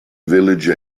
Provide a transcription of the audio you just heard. village